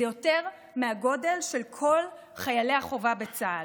זה יותר מהגודל של כל חיילי החובה בצה"ל.